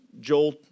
Joel